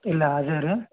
ಇಲ್ಲ ಅದೇ ರೀ